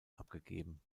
abgegeben